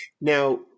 Now